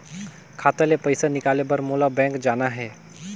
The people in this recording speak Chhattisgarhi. खाता ले पइसा निकाले बर मोला बैंक जाना हे?